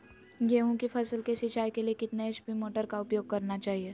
गेंहू की फसल के सिंचाई के लिए कितने एच.पी मोटर का उपयोग करना चाहिए?